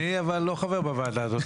אבל אני לא חבר בוועדה הזאת,